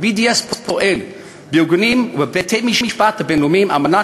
ה-BDS פועל בארגונים ובבתי-המשפט הבין-לאומיים על מנת